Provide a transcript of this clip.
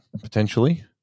potentially